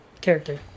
character